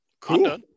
Cool